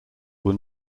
were